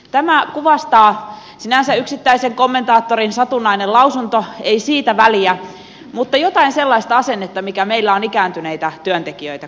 tämä kuvastaa sinänsä yksittäisen kommentaattorin satunnainen lausunto ei siitä väliä jotain sellaista asennetta mikä meillä on ikääntyneitä työntekijöitä kohtaan